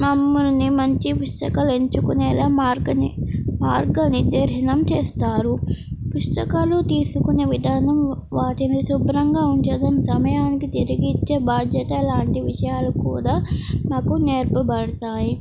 మమ్మల్ని మంచి పుస్తకాలు ఎంచుకునేలాగ మార్గనిర్దేశం చేస్తారు పుస్తకాలు తీసుకునే విధానం వాటిని శుభ్రంగా ఉంచడం సమయానికి తిరిగి ఇచ్చే బాధ్యత లాంటి విషయాలు కూడా మాకు నేర్పబడతాయి